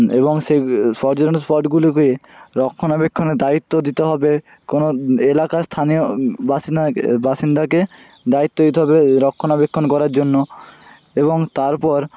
এবং সেই পর্যটনের স্পটগুলোকে রক্ষণাবেক্ষণের দায়িত্ব দিতে হবে কোনো এলাকার স্থানীয় বাসিনাকে বাসিন্দাকে দায়িত্ব দিতে হবে রক্ষণাবেক্ষণ করার জন্য এবং তারপর